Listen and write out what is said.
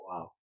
Wow